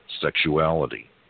sexuality